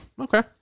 okay